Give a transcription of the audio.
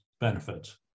benefits